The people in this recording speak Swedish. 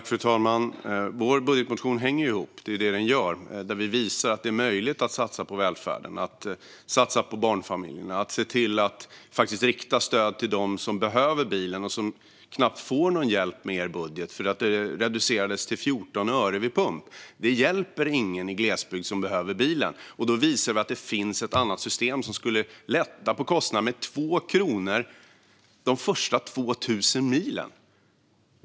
Fru talman! Vår budgetmotion hänger ihop. Det är det den gör. Vi visar att det är möjligt att satsa på välfärden och på barnfamiljerna och att faktiskt rikta stöd till dem som behöver bilen. De får knappt någon hjälp i regeringens budget, eftersom sänkningen reducerades till 14 öre vid pump. Det hjälper ingen som behöver bilen i glesbygden. Vi visar att det finns ett annat system som skulle lätta på kostnaderna med 2 kronor de första 2 000 milen.